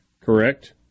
Correct